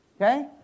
Okay